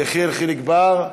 יחיאל חיליק בר,